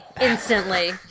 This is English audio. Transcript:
Instantly